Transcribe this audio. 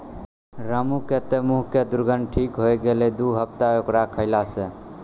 रामू के तॅ मुहों के दुर्गंध ठीक होय गेलै दू हफ्ता एवोकाडो खैला स